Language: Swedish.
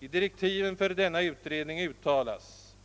I direktiven för denna utredning uttalas